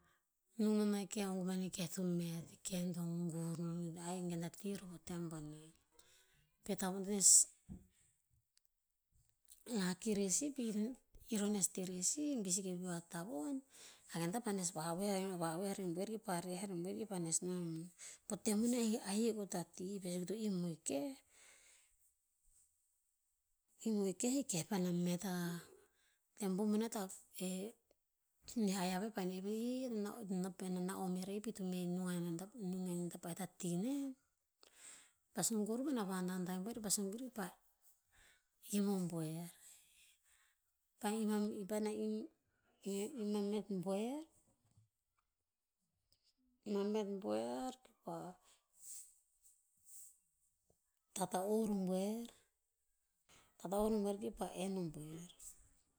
Nung no nah ki ong koman e keh to met, keh dong gur non. Ahik gen ta ti roh po tem boneh, pi a tavon to nes, lucky rer sih, pir, ir to nes te rer sih. Bi seke veo a tavon, a ken tah pa nes va'eo va'oe ha re buer ki pah reh ha rebuer ki pa nes. Po tem oneh ahik o ta ti, veh suk i to im o e keh, im o keh, keh paena met akah. Tem po boneh, e aya veh paena paena na'on er a'i pi to meh nung a nen ta, nung a in ta pa'eh ta ti nen, pah sun kuruh i pah sun kuruh i pah, im o buer. Pa'eh im a met buer im a met buer, ki pah, tata'o ro buer- tata'o ro buer ki pah en o buer.